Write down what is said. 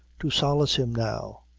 to solace him now,